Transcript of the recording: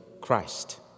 Christ